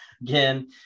again